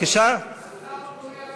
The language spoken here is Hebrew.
השר אורי אריאל